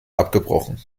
abgebrochen